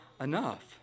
enough